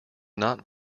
not